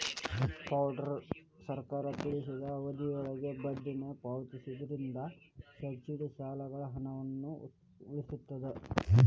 federal ಸರ್ಕಾರ ತಿಳಿಸಿದ ಅವಧಿಯೊಳಗ ಬಡ್ಡಿನ ಪಾವತಿಸೋದ್ರಿಂದ ಸಬ್ಸಿಡಿ ಸಾಲಗಳ ಹಣವನ್ನ ಉಳಿಸ್ತದ